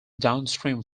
downstream